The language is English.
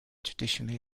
traditionally